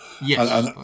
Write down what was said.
Yes